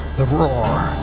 the roar.